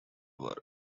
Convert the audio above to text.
work